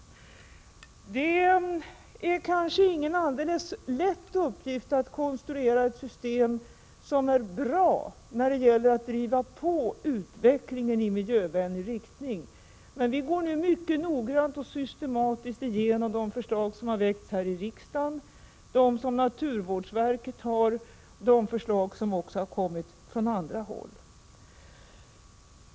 Det är kanske ingen helt lätt uppgift att konstruera ett system som är bra när det gäller att driva på utvecklingen i miljövänlig riktning. Men vi går nu mycket noggrant och systematiskt igenom de förslag som har väckts här i riksdagen, de förslag som naturvårdsverket har och de förslag som kommit från andra håll.